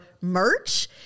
merch